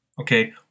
Okay